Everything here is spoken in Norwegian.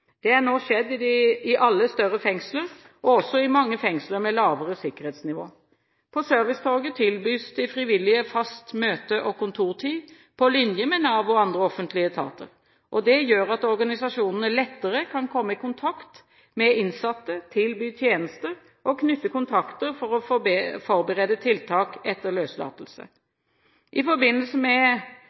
Det har nå skjedd i alle større fengsler og også i mange fengsler med lavere sikkerhetsnivå. På servicetorget tilbys de frivillige fast møte- og kontortid på linje med Nav og andre offentlige etater. Det gjør at organisasjonene lettere kan komme i kontakt med innsatte, tilby tjenester og knytte kontakter for å forberede tiltak etter løslatelse. I forbindelse med